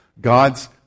God's